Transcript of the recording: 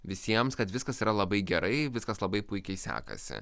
visiems kad viskas yra labai gerai viskas labai puikiai sekasi